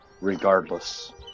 Regardless